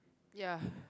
ya